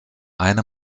eine